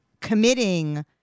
committing